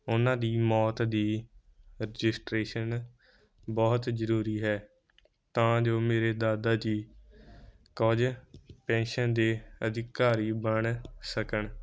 ਉਨ੍ਹਾਂ ਦੀ ਮੌਤ ਦੀ ਰਜਿਸਟਰੇਸ਼ਨ ਬਹੁਤ ਜ਼ਰੂਰੀ ਹੈ ਤਾਂ ਜੋ ਮੇਰੇ ਦਾਦਾ ਜੀ ਕੁਝ ਪੈਨਸ਼ਨ ਦੇ ਅਧਿਕਾਰੀ ਬਣ ਸਕਣ